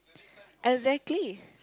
exactly